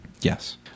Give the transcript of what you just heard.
Yes